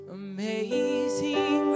amazing